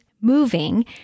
moving